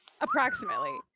Approximately